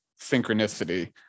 synchronicity